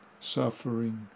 suffering